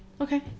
Okay